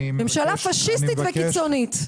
ממשלה פאשיסטית וקיצונית.